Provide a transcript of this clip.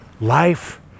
life